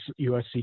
USC